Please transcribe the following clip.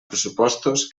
pressupostos